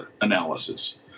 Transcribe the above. analysis